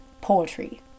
poetry